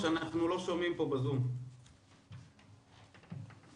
הזמן שחווינו את המקרה עם הילד שלנו,